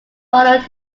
followed